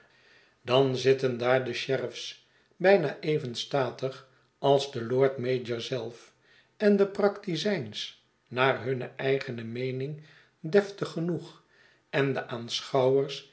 dan zitten daar de sheriffs bijna even statig als de lord-mayor zelf en de praktizijns naar hunne eigene meening deftig genoeg en de aanschouwers